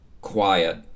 quiet